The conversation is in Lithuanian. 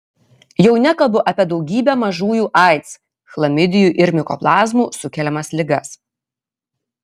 jau nekalbu apie daugybę mažųjų aids chlamidijų ir mikoplazmų sukeliamas ligas